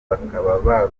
bakaba